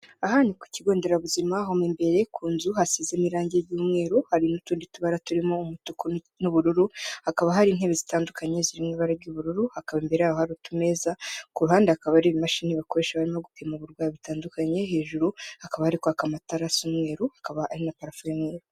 Aha ni ku kigo nderabuzima ho mo imbere, ku nzu hasizemo irangi ry'umweru hari n'utundi tubara turimo umutuku n'ubururu hakaba hari intebe zitandukanye ziri mu ibara ry'ubururu hakaba imbere yaho hari utumeza, ku ruhande hakaba hari imashini bakoresha barimo gupima uburwayi bitandukanye, hejuru hakaba hari kwaka amatara asa umweru hakaba hari na parafo y'umweru.